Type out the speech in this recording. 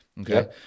Okay